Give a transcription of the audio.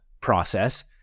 process